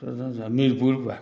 Mirpur